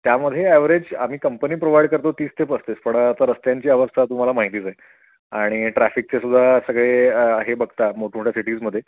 त्यामध्ये ॲवरेज आम्ही company provide करतो तीस ते पस्तीस पण आता रस्त्यांची अवस्था तुम्हाला माहितीच आहे आणि ट्रॅफिकचेसुद्धा सगळे हे बघता मोठमोठ्या सिटीजमध्ये